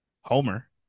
homer